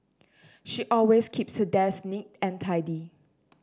she always keeps her desk neat and tidy